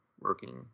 working